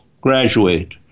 graduate